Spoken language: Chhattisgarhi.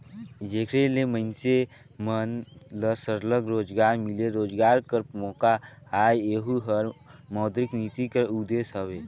जेकर ले मइनसे मन ल सरलग रोजगार मिले, रोजगार कर मोका आए एहू हर मौद्रिक नीति कर उदेस हवे